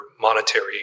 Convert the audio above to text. monetary